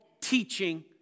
teaching